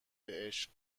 عشق